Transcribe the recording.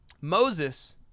Moses